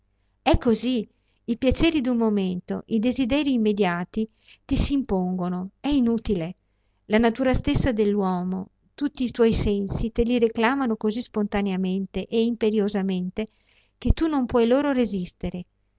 e così i piaceri d'un momento i desiderii immediati ti s'impongono è inutile la natura stessa dell'uomo tutti i tuoi sensi te li reclamano così spontaneamente e imperiosamente che tu non puoi loro resistere